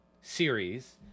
series